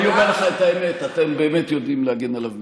אני אומר לך את האמת: אתם באמת יודעים להגן עליו מצוין,